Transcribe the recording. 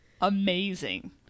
amazing